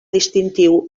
distintiu